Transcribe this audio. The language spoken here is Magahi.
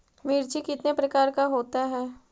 मिर्ची कितने प्रकार का होता है?